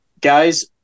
guys